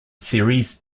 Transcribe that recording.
series